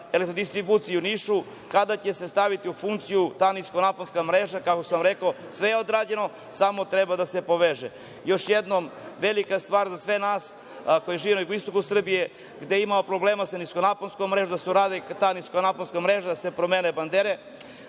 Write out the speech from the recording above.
Elektrodistribuciju u Nišu – kada će se staviti u funkciju ta niskonaponska mreža? Kao što sam rekao, sve je odrađeno, samo treba da se poveže. Još jednom, velika je stvar za sve nas koji živimo na jugoistoku Srbije, gde imamo problema sa niskonaponskom mrežom da se uradi ta niskonaponska mreža, da se promene bandere,